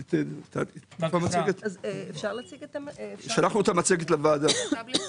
את המצגת שלחנו לוועדה.